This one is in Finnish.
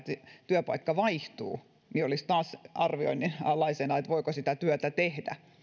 työpaikka vaihtuu ja olisi taas arvioinnin alaisena että voiko sitä työtä tehdä